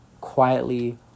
quietly